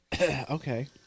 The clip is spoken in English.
Okay